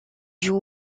joue